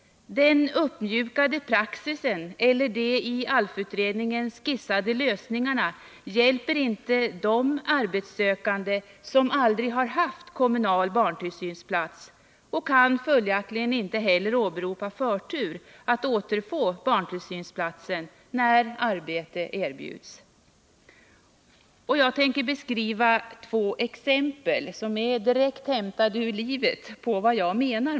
Den uppmjukade praxis eller de i ALF utredningen skissade lösningarna hjälper inte de arbetssökande som aldrig har haft kommunal barntillsynsplats och som följaktligen inte heller kan åberopa förtur för att återfå barntillsynsplats när arbete erbjuds. Jag tänker beskriva två exempel, som är hämtade ur det verkliga livet, på vad jag menar.